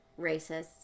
racists